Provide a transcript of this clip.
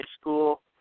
school